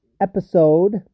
episode